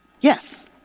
Yes